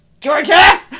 georgia